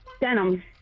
Denim